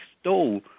stole